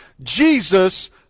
Jesus